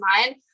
mind